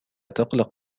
تقلق